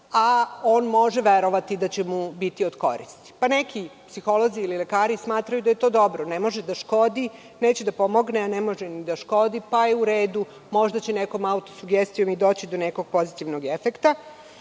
a on može verovati da će mu biti od koristi. Neki psiholozi ili lekari smatraju da je to dobro, ne može da škodi, neće da pomogne, a ne može ni da škodi, pa je u redu, možda će nekom autosugestijom doći do nekog pozitivnog efekta.